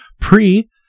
pre